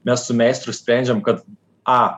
mes su meistru sprendžiam kad a